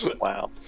Wow